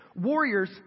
Warriors